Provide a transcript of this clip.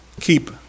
keep